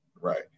right